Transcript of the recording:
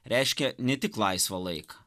reiškia ne tik laisvą laiką